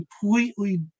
completely